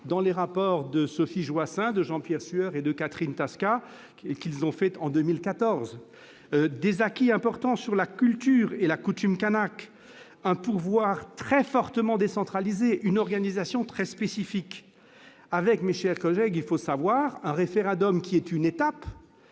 dans le rapport de Sophie Joissains, de Jean-Pierre Sueur et de Catherine Tasca. Cet esprit a aussi permis des acquis importants sur la culture et la coutume kanake, un pouvoir très fortement décentralisé, une organisation très spécifique. Mes chers collègues, ce référendum est une étape,